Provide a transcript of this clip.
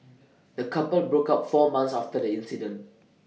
the couple broke up four months after the incident